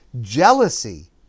jealousy